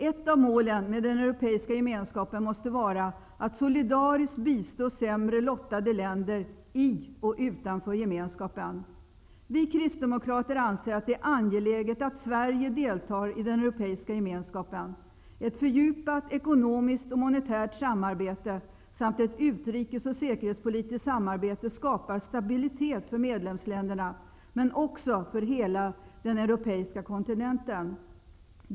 Ett av målen med den europeiska gemenskapen måste vara att solidariskt bistå sämre lottade länder i och utanför Vi kristdemokrater anser att det är angeläget att Sverige deltar i den europeiska gemenskapen. Ett fördjupat ekonomiskt och monetärt samarbete samt ett utrikes och säkerhetspolitiskt samarbete skapar stabilitet för medlemsländerna men också för hela den europeiska kontinenten.